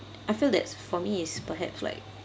I feel that's for me it's perhaps like